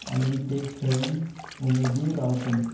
आनी ते खेळूंक उमेदी रावतले